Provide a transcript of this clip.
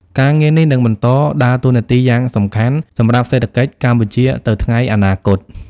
ការងារនេះនឹងបន្តដើរតួនាទីយ៉ាងសំខាន់សម្រាប់សេដ្ឋកិច្ចកម្ពុជាទៅថ្ងៃអនាគត។